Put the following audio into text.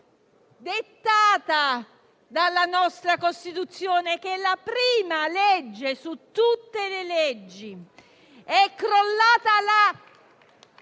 dettata dalla nostra Costituzione, che è la prima legge su tutte le leggi.